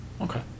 Okay